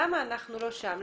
למה אנחנו לא שם?